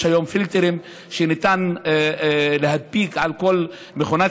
יש היום פילטרים שניתן להדביק על כל מכונת